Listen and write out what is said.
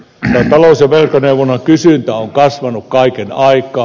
talous ja velkaneuvonnan kysyntä on kasvanut kaiken aikaa